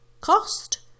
Cost